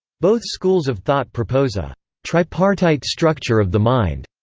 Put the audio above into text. both schools of thought propose a tripartite structure of the mind.